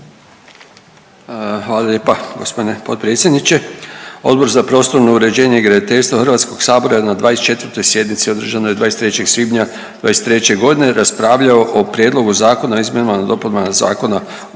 Hvala lijepa g. potpredsjedniče. Odbor za prostorno uređenje i graditeljstvo HS je na 24. sjednici održanoj 23. svibnja '23.g. raspravljao o Prijedlogu zakona o izmjenama i dopunama Zakona